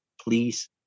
please